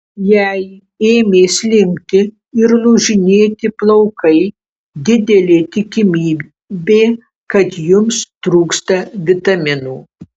jei ėmė slinkti ir lūžinėti plaukai didelė tikimybė kad jums trūksta vitaminų